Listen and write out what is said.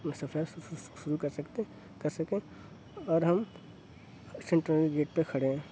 اپنا سفر شروع کر سکتے کر سکیں اور ہم سینٹنری گیٹ پہ کھڑے ہیں